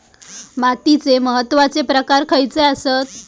मातीचे महत्वाचे प्रकार खयचे आसत?